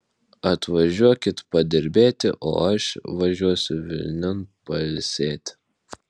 atvažiuokit padirbėti o aš važiuosiu vilniun pailsėti